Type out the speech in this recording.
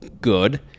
good